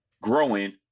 growing